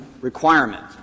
requirement